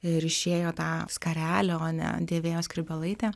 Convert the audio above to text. ryšėjo tą skarelę o ne dėvėjo skrybėlaitę